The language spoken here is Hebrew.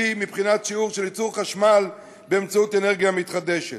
מבחינת השיעור של ייצור חשמל באמצעות אנרגיה מתחדשת.